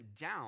down